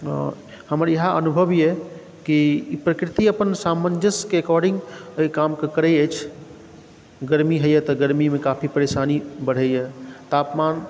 हमर इएह अनुभव यए कि प्रकृति अपन सामंजस्यके एकॉर्डिंग एहि काम के करैत अछि गर्मी होइए तऽ गर्मीमे काफी परेशानी बढ़ैए तापमान